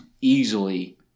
easily